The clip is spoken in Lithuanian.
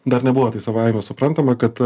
dar nebuvo tai savaime suprantama kad